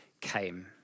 came